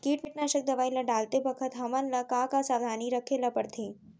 कीटनाशक दवई ल डालते बखत हमन ल का का सावधानी रखें ल पड़थे?